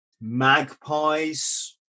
magpies